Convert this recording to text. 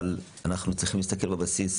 אבל אנחנו צריכים להסתכל בבסיס